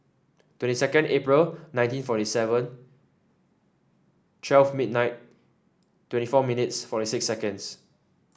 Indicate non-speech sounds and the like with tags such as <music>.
twenty second April nineteen forty seven twelve <unintelligible> twenty four millions forty six seconds